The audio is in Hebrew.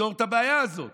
לפתור את הבעיה הזאת?